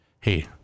Hey